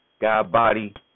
God-Body